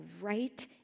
right